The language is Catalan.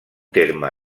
terme